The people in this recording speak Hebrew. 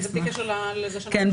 זה בלי קשר לזה שנאשר --- כן,